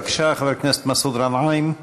בבקשה, חבר הכנסת מסעוד גנאים.